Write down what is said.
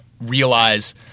realize